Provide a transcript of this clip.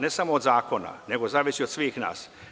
Ne samo od zakona, nego zavisi od svih nas.